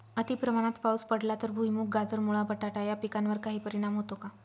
अतिप्रमाणात पाऊस पडला तर भुईमूग, गाजर, मुळा, बटाटा या पिकांवर काही परिणाम होतो का?